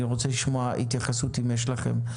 אני רוצה לשמוע התייחסות, אם יש לכם.